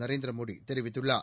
நரேந்திர மோடி தெரிவித்துள்ளார்